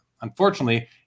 unfortunately